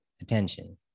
attention